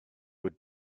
wood